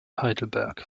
heidelberg